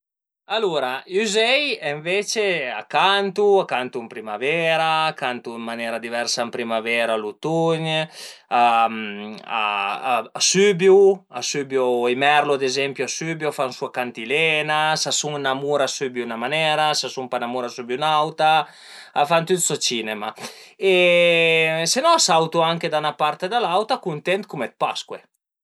Alura i üzei ënvece a cantu, a cantu ën primavera, a cantu ën manera diversa ën primavera u l'utugn, a sübiu a sübiu i merlu ad ezempi a sübiu, a fan sua cantilena, s'a sun ën amur a sübiu ën 'na manera, s'a sun pa ën amur a sübiu ën n'auta, a fan tüt so cinema e se no a sautu anche da 'na part e da l'auta cuntent cume dë Pascue